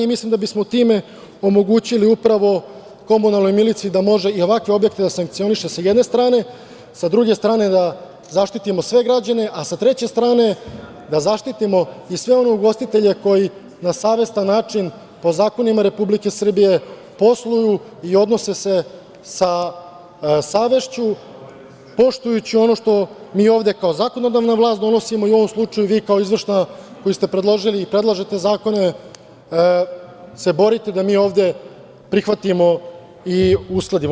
Mislim da bismo time omogućili upravo komunalnoj miliciji da može i ovakve objekte da sankcioniše sa jedne strane, sa druge strane da zaštitimo sve građane, a sa treće strane da zaštitimo i sve one ugostitelje na savestan način po zakonima Republike Srbije posluju i odnose se sa savešću, poštujući ono što mi kao zakonodavna vlast donosimo i u ovom slučaju vi kao izvršna, koji ste predložili i predlažete zakone, se borite da mi ovde prihvatimo i uskladimo.